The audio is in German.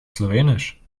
slowenisch